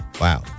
Wow